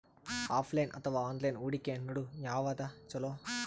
Offline ಅಥವಾ online ಹೂಡಿಕೆ ನಡು ಯವಾದ ಛೊಲೊ?